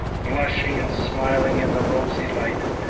blushing and smiling in the rosy light.